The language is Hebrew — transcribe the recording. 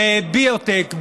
בביו-טק,